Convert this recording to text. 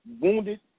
wounded